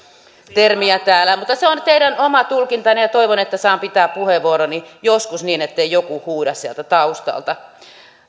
termiä täällä mutta se on teidän oma tulkintanne ja toivon että saan pitää puheenvuoroni joskus niin ettei joku huuda sieltä taustalta